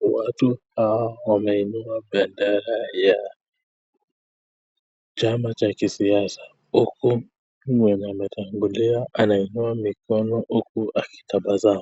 Watu hawa waneinua bendera ya chama cha kisiasa huku mwenye ametangulia anainua mikono huku akitabasamu.